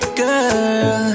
girl